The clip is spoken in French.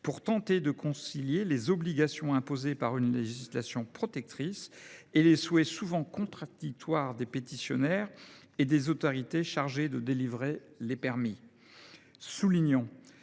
pour tenter de concilier les obligations imposées par une législation protectrice et les souhaits souvent contradictoires des pétitionnaires et des autorités chargées de délivrer les permis.